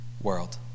world